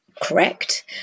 correct